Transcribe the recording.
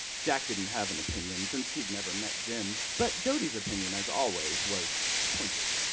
jack didn't have and opinion since he'd never met jim, but dodi's opinion as always was pointed.